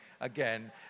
again